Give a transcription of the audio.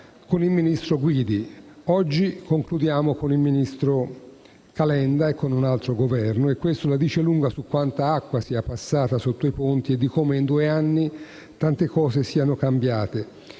con l'ex ministro Guidi; oggi concludiamo con il ministro Calenda e con un altro Governo. Questo la dice lunga su quanta acqua sia passata sotto i ponti e su come, in due anni, tante cose siano cambiate.